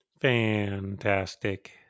Fantastic